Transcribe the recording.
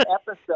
episode